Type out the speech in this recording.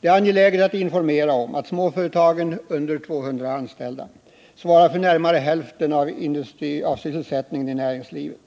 Det är angeläget att informera om att företag med mindre än 200 anställda svarar för närmare hälften av sysselsättningen i näringslivet.